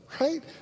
Right